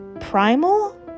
Primal